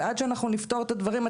ועד שאנחנו נפתור את הדברים,